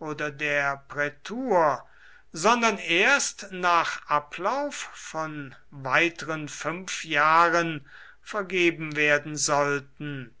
oder der prätur sondern erst nach ablauf von weiteren fünf jahren vergeben werden sollten